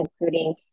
including